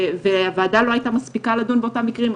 והוועדה לא הייתה מספיקה לדון באותם מקרים,